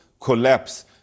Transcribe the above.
collapse